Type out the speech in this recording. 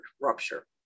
rupture